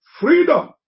freedom